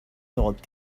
thought